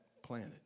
Planet